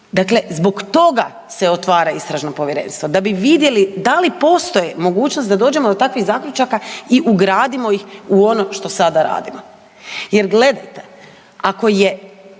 Dakle, zbog toga se otvara istražno povjerenstvo da bi vidjeli da li postoji mogućnost da dođemo do takvih zaključaka i ugradimo ih u ono što sada radimo. Jer gledajte, ako je,